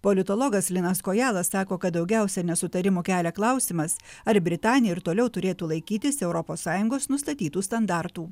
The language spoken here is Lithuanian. politologas linas kojala sako kad daugiausia nesutarimų kelia klausimas ar britanija ir toliau turėtų laikytis europos sąjungos nustatytų standartų